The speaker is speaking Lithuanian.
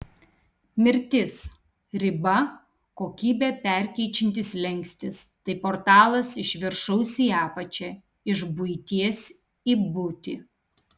mirtis riba kokybę perkeičiantis slenkstis tai portalas iš viršaus į apačią iš buities į būtį